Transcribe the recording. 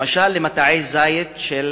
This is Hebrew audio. למשל למטעי זית של